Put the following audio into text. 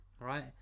Right